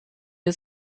wir